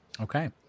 Okay